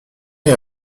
est